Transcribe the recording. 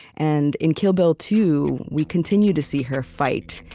and in kill bill two, we continue to see her fight,